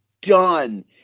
done